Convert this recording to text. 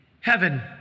heaven